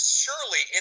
surely